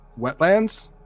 wetlands